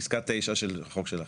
פסקה 9 של החוק שלכם.